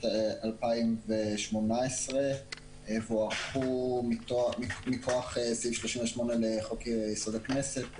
2018 והוארכו מכוח סעיף 38 לחוק יסוד: הכנסת,